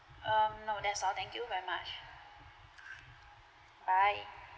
um no that's all thank you very much bye